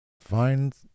find